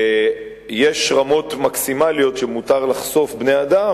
ויש רמות מקסימליות שמותר לחשוף בני-אדם